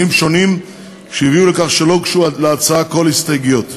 שונים שהביאו לכך שלא הוגשו להצעה כל הסתייגויות.